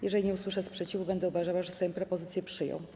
Jeżeli nie usłyszę sprzeciwu, będę uważała, że Sejm propozycję przyjął.